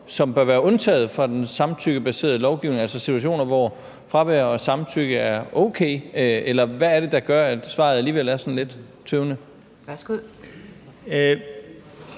som bør være undtaget fra den samtykkebaserede lovgivning, altså situationer, hvor fraværet af samtykke er okay? Eller hvad er det, der gør, at svaret alligevel er sådan lidt tøvende? Kl.